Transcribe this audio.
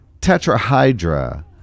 tetrahydra